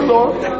Lord